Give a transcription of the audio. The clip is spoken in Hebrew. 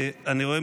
אני רואה,